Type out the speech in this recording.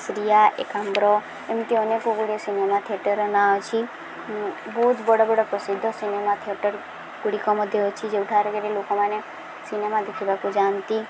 ଶ୍ରୀୟା ଏକାମ୍ର ଏମିତି ଅନେକ ଗୁଡ଼ିଏ ସିନେମା ଥିଏଟର୍ର ନାଁ ଅଛି ବହୁତ ବଡ଼ ବଡ଼ ପ୍ରସିଦ୍ଧ ସିନେମା ଥିଏଟର୍ଗୁଡ଼ିକ ମଧ୍ୟ ଅଛି ଯେଉଁଠାରେ କି ଲୋକମାନେ ସିନେମା ଦେଖିବାକୁ ଯାଆନ୍ତି